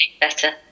better